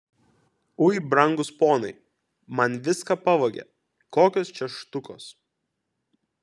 ui brangūs ponai man viską pavogė kokios čia štukos